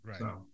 right